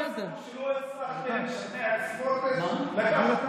כל הסיפור שלא הצלחתם לשכנע את סמוטריץ' לקחת,